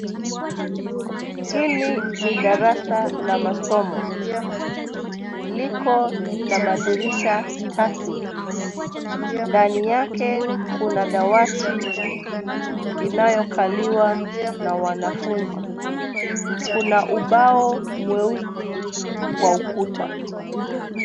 Hili ni darasa la masomo. Liko na madirisha tatu. Ndani yake kuna dawati inayokaliwa na wanafunzi. Kuna ubao mweusi kwa ukuta.